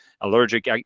allergic